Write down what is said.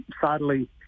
sadly